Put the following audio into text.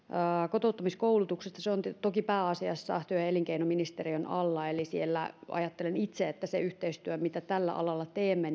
kotouttamiskoulutuksesta se on toki pääasiassa työ ja elinkeinoministeriön alla ajattelen itse siitä yhteistyöstä mitä tällä alalla teemme